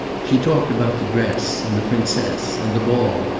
she talked about the dress, and the princess, and the ball,